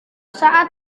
saat